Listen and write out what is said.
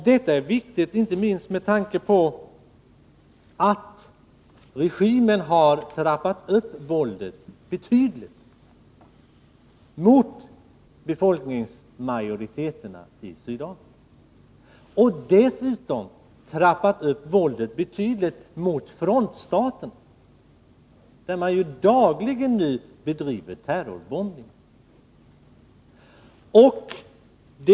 Detta är viktigt inte minst med tanke på att regimen har trappat upp våldet mot befolkningsmajoriteten i Sydafrika betydligt. Dessutom har man trappat upp våldet mot frontstaterna betydligt, där man nu dagligen bedriver terrorbombningar.